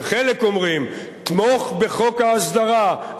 וחלק אומרים: תמוך בחוק ההסדרה,